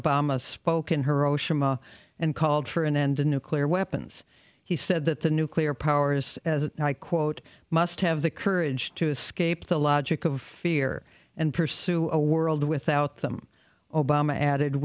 obama spoke in hiroshima and called for an end to nuclear weapons he said that the nuclear powers and i quote must have the courage to escape the logic of fear and pursue a world without them obama added